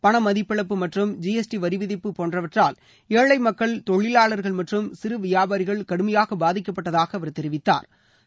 பண மதிப்பிழப்பு மற்றும் ஜிஎஸ்டி வரி விதிப்பு போன்றவற்றால் ஏழை மக்கள் தொழிலாளர்கள் மற்றும் சிறு வியாபாரிகள் கடுமையாக பாதிக்கப்பட்டதாக அவா் தெரிவித்தாா்